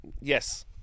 Yes